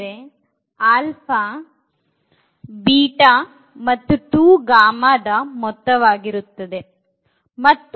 ಅಂದರೆ ಮತ್ತು 2 ರ ಮೊತ್ತವಾಗಿರುತ್ತದೆ ಮತ್ತು